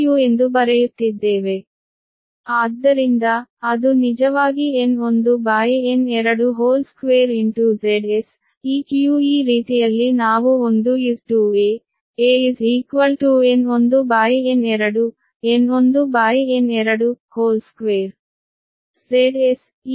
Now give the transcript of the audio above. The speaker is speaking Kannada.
ಆದ್ದರಿಂದ ಅದು ನಿಜವಾಗಿ2Zseq ಈ ರೀತಿಯಲ್ಲಿ ನಾವು 1 a a N1 N2 2